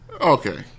Okay